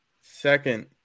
second